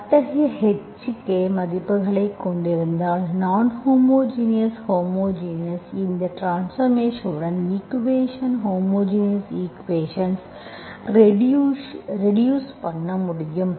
அத்தகைய h k மதிப்புகளைக் கொண்டிருந்தால் நான்ஹோமோஜினியஸ் ஹோமோஜினியஸ் இந்த ட்ரான்ஸ்பார்மேஷன்வுடன் ஈக்குவேஷன் ஹோமோஜினியஸ் ஈக்குவேஷன் ரெடியூஸ் பண்ண முடியும்